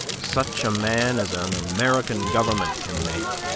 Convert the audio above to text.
such a man as an american government can make,